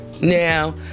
Now